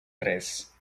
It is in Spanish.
tres